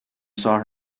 saw